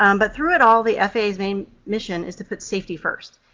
um but through it all, the faa's main mission is to put safety first,